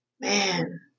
Man